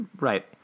Right